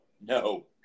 no